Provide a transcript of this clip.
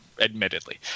admittedly